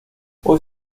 hoy